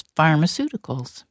pharmaceuticals